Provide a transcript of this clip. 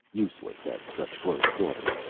useless at such close quarters,